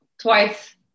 twice